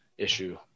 issue